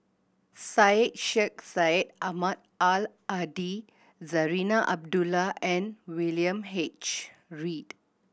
Syed Sheikh Syed Ahmad Al Hadi Zarinah Abdullah and William H Read